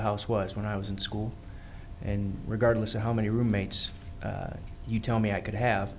the house was when i was in school and regardless of how many roommates you tell me i could have